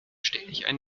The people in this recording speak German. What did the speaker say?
stelldichein